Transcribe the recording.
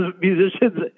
musicians